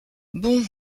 bon